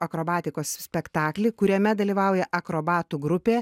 akrobatikos spektaklį kuriame dalyvauja akrobatų grupė